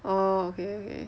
orh okay okay